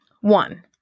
One